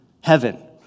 heaven